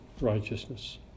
righteousness